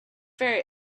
very